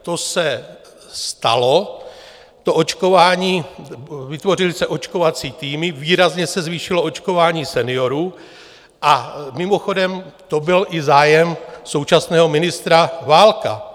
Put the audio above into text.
To se stalo, vytvořily se očkovací týmy, výrazně se zvýšilo očkování seniorů, a mimochodem, to byl i zájem současného ministra Válka.